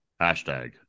hashtag